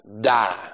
die